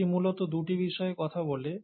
এটি মূলত দুটি বিষয়ে কথা বলে